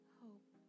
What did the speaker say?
hope